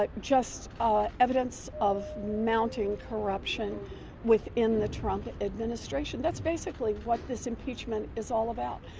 like just ah ah evidence of mounting corruption within the trump administration. that's basically what this impeachment is all about.